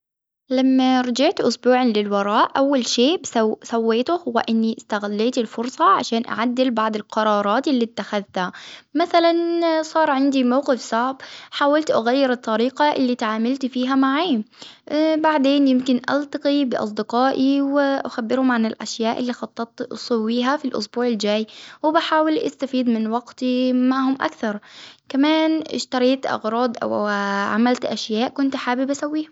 لما رجعت إسبوعا للوراء أول شئ سويته هو إني إستغليت الفرصة عشان أعدل بعض القرارات اللي أتخذتها، مثلا صار عندي موقف صعب حاولت أغير الطريقة اللي تعاملت فيها معه، بعدين يمكن التقي بأصدقائي وأخبرهم عن الأشياء اللي خططت أسويها في الأسبوع الجاي، وبحاول أستفيد من وقتي معهم أكثر، كمان إشتريت أغراض أو عملت أشياء كنت حابب أسويها.